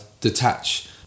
detach